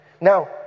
now